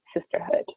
sisterhood